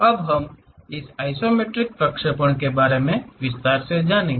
अब हम इस आइसोमेट्रिक प्रक्षेपण के बारे में विस्तार से जानेंगे